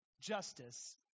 justice